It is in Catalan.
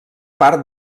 part